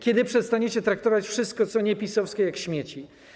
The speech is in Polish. Kiedy przestaniecie traktować wszystko, co niepisowskie, jak śmieci?